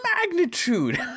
magnitude